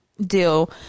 deal